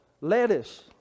lettuce